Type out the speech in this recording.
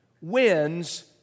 wins